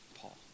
Paul